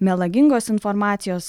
melagingos informacijos